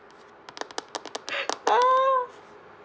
ah